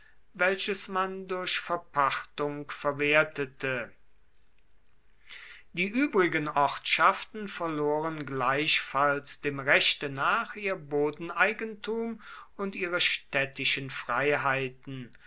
welches man durch verpachtung verwertete die übrigen ortschaften verloren gleichfalls dem rechte nach ihr bodeneigentum und ihre städtischen freiheiten